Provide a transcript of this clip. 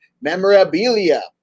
Memorabilia